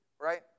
right